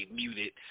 muted